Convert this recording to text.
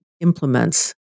implements